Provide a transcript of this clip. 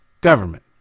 government